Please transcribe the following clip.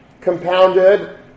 compounded